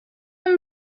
amb